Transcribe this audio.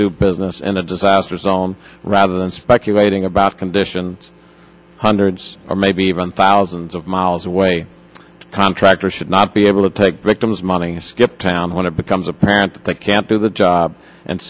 do business in a disaster zone rather than speculating about the condition hundreds or maybe even thousands of miles away contractor should not be able to take victims money skip town when it becomes apparent that they can't do the job and